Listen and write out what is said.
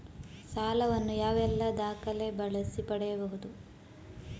ಸಾಲ ವನ್ನು ಯಾವೆಲ್ಲ ದಾಖಲೆ ಬಳಸಿ ಪಡೆಯಬಹುದು?